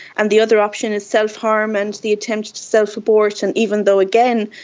and the other option is self-harm and the attempt to self-abort. and even though, again,